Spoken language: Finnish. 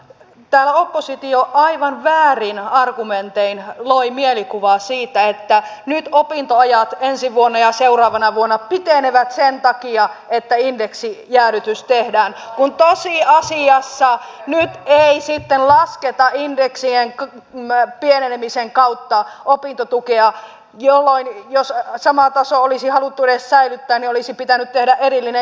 mutta täällä oppositio aivan väärin argumentein loi mielikuvaa siitä että nyt opintoajat ensi vuonna ja seuraavana vuonna pitenevät sen takia että indeksijäädytys tehdään kun tosiasiassa nyt ei lasketa indeksien pienenemisen kautta opintotukea jolloin jos sama taso olisi haluttu edes säilyttää niin olisi pitänyt tehdä erillinen jäädytyspäätös vielä